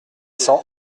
cents